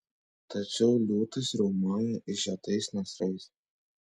tačiau liūtas riaumojo išžiotais nasrais